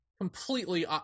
completely